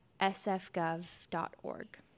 sfgov.org